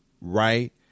Right